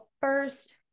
first